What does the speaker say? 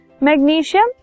Magnesium